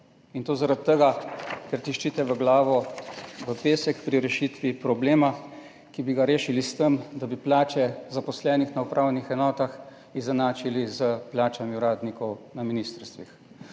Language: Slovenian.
in to zaradi tega, ker tiščite v glavo v pesek pri rešitvi problema, ki bi ga rešili s tem, da bi plače zaposlenih na upravnih enotah izenačili s plačami uradnikov na ministrstvih.